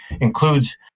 includes